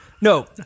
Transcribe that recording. No